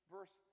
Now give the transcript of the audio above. Verse